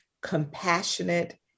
compassionate